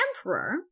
emperor